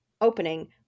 opening